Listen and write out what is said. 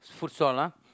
food stall ah